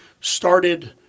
started